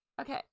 Okay